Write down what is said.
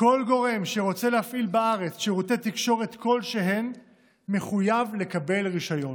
כל גורם שרוצה להפעיל בארץ שירותי תקשורת כלשהם מחויב לקבל רישיון.